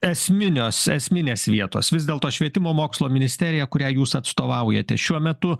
esminios esminės vietos vis dėlto švietimo mokslo ministerija kurią jūs atstovaujate šiuo metu